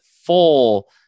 full